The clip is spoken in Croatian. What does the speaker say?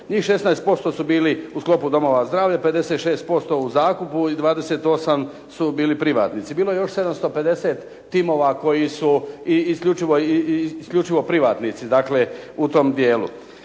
Njih 16% su bili u sklopu domova zdravlja, 56% u zakupu i 28 su bili privatnici. Bilo je još 750 timova koji su isključivo privatnici u tom dijelu.